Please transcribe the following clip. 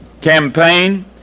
campaign